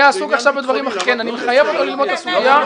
אני מחייב אותו ללמוד את הסוגיה.